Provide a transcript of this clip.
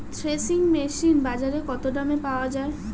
Threshing machine বাজারে কত দামে পাওয়া যায়?